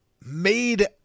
Made